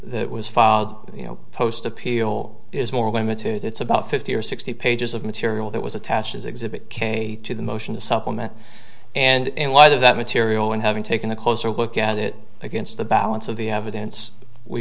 that was filed you know post appeal is more limited it's about fifty or sixty pages of material that was attached as exhibit k to the motion to supplement and in light of that material and having taken a closer look at it against the balance of the evidence we